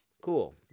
Cool